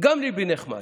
גם ליבי נחמץ,